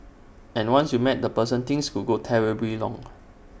and once you meet that person things could go terribly wrong